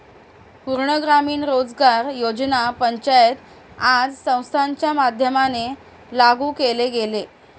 पूर्ण ग्रामीण रोजगार योजना पंचायत राज संस्थांच्या माध्यमाने लागू केले गेले